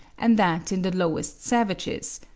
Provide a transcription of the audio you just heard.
and that in the lowest savages,